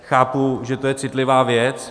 Chápu, že to je citlivá věc.